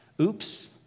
Oops